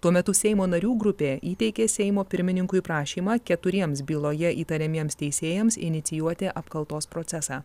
tuo metu seimo narių grupė įteikė seimo pirmininkui prašymą keturiems byloje įtariamiems teisėjams inicijuoti apkaltos procesą